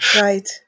Right